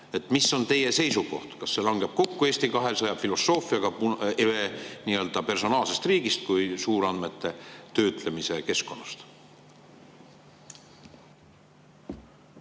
Mis on teie seisukoht? Kas see langeb kokku Eesti 200 filosoofiaga personaalsest riigist kui suurandmete töötlemise keskkonnast?